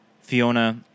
Fiona